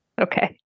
Okay